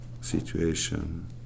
situation